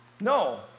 No